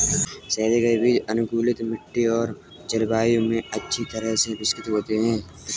सहेजे गए बीज अनुकूलित मिट्टी और जलवायु में अच्छी तरह से विकसित होते हैं